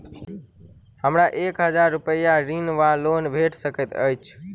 हमरा एक हजार रूपया ऋण वा लोन भेट सकैत अछि?